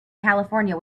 california